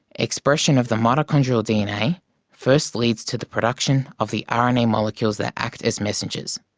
expression of the mitochondrial dna first leads to the production of the ah rna molecules that act as messengers.